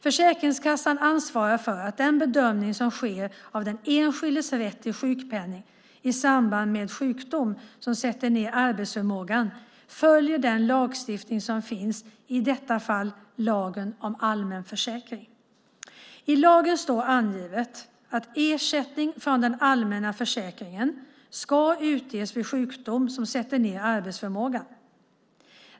Försäkringskassan ansvarar för att den bedömning som sker av den enskildes rätt till sjukpenning i samband med sjukdom som sätter ned arbetsförmågan följer den lagstiftning som finns, i detta fall lagen om allmän försäkring. I lagen står angivet att ersättning från den allmänna försäkringen ska utges vid sjukdom som sätter ned arbetsförmågan.